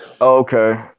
Okay